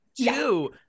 Two